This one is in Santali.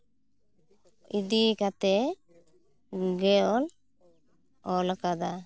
ᱤᱫᱤ ᱠᱟᱛᱮ ᱜᱮ ᱚᱞ ᱚᱞ ᱠᱟᱫᱟ